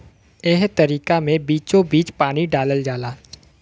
एह तरीका मे बीचोबीच पानी डालल जाला